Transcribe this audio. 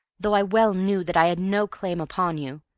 though i well knew that i had no claim upon you.